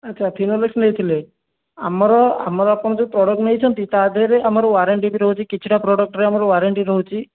ଆଛା ଫିନୋଲେକ୍ସ୍ ନେଇଥିଲେ ଆମର ଆମର ଆପଣ ଯେଉଁ ପ୍ରଡ଼କ୍ଟ୍ ନେଇଛନ୍ତି ତା ଦେହରେ ଆମର ୱାରେଣ୍ଟି ବି ରହୁଛି କିଛିଟା ପ୍ରଡ଼କ୍ଟରେ ଆମର ୱାରେଣ୍ଟି ରହୁଛି